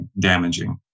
damaging